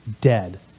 dead